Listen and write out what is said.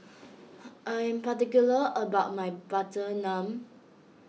I am particular about my Butter Naan